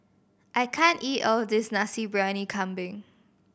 I can't eat all this Nasi Briyani Kambing